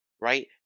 right